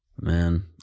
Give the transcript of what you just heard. man